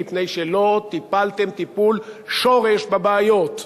מפני שלא טיפלתם טיפול שורש בבעיות.